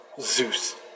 Zeus